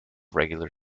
regular